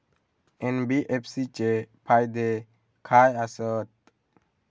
NBFC चे फायदे खाय आसत?